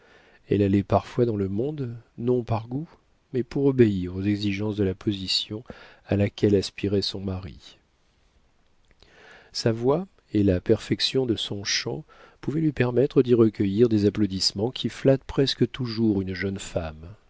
elle allait parfois dans le monde non par goût mais pour obéir aux exigences de la position à laquelle aspirait son mari sa voix et la perfection de son chant pouvaient lui permettre d'y recueillir des applaudissements qui flattent presque toujours une jeune femme